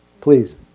Please